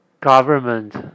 government